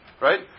right